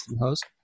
host